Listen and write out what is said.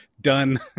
Done